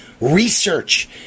research